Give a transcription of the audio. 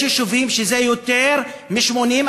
ויש יישובים שזה יותר מ-80%.